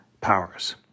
powers